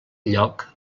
lloc